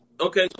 Okay